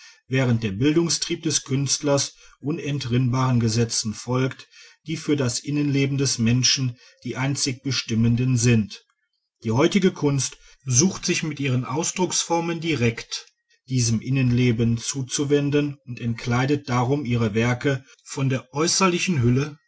während der bildungstrieb des künstlers unentrinnbaren gesetzen folgt die für das innenleben des menschen die einzig bestimmenden sind die heutige kunst sucht sich mit ihren ausdrucksformen direkt diesem innenleben zuzuwenden und entkleidet darum ihre werke von der äußerlichen hülle